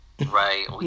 Right